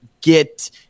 get